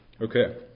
Okay